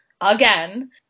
Again